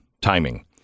timing